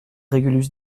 régulus